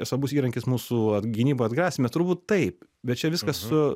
svarbus įrankis mūsų gynyboj atgrasyme turbūt taip bet čia viskas su